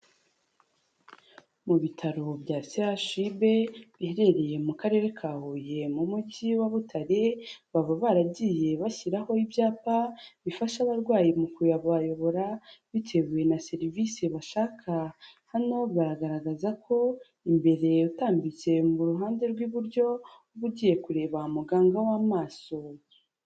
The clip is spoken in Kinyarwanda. Mu bitaro bya CHUB, biherereye mu karere ka Huye, mu mujyi wa Butare, baba baragiye bashyiraho ibyapa bifasha abarwayi mu kubayobora bitewe na serivisi bashaka. Hano baragaragaza ko imbere utambitse mu ruhande rw'iburyo, uba ugiye kureba muganga w'amaso.